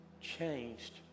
changed